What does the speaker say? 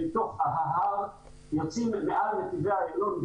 אל תוך ה --- ויוצאים מעל נתיבי איילון,